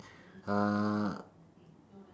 uh